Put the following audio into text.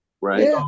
Right